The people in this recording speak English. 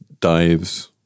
dives